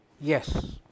Yes